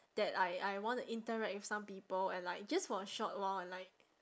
that I I want to interact with some people and like just for a short while and like